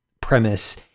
premise